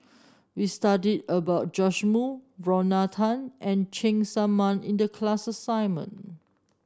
we studied about Joash Moo Lorna Tan and Cheng Tsang Man in the class assignment